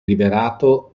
liberato